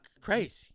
crazy